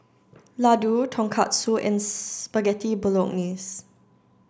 Ladoo Tonkatsu and Spaghetti Bolognese